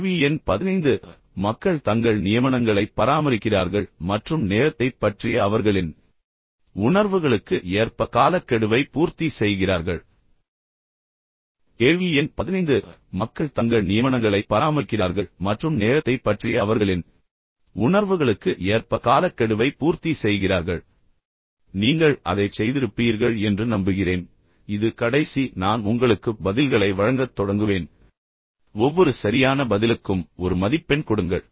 கேள்வி எண் 15 மக்கள் தங்கள் நியமனங்களை பராமரிக்கிறார்கள் மற்றும் நேரத்தைப் பற்றிய அவர்களின் உணர்வுகளுக்கு ஏற்ப காலக்கெடுவை பூர்த்தி செய்கிறார்கள் கேள்வி எண் 15 மக்கள் தங்கள் நியமனங்களை பராமரிக்கிறார்கள் மற்றும் நேரத்தைப் பற்றிய அவர்களின் உணர்வுகளுக்கு ஏற்ப காலக்கெடுவை பூர்த்தி செய்கிறார்கள் நீங்கள் அதைச் செய்திருப்பீர்கள் என்று நம்புகிறேன் இது கடைசி இப்போது நான் உங்களுக்கு பதில்களை வழங்கத் தொடங்குவேன் ஒவ்வொரு சரியான பதிலுக்கும் ஒரு மதிப்பெண் கொடுங்கள்